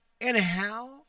Anyhow